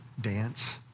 dance